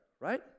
right